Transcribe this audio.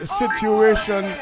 situation